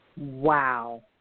Wow